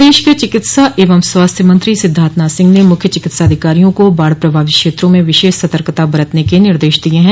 प्रदेश के चिकित्सा एवं स्वास्थ्य मंत्री सिद्धार्थनाथ सिंह ने मुख्य चिकित्साधिकारियों को बाढ़ प्रभावित क्षेत्रों में विशेष सतर्कता बरतने के निर्देश दिये हैं